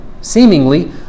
Seemingly